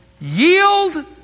Yield